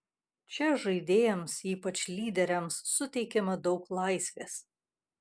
čia žaidėjams ypač lyderiams suteikiama daug laisvės